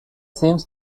seems